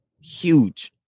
huge